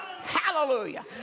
Hallelujah